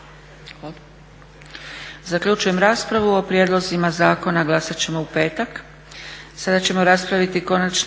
Zaključujem raspravu. O prijedlozima zakona glasati ćemo u petak.